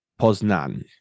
Poznan